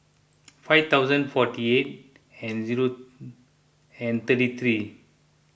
five thousand forty eight and zero and thirty three